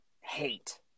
hate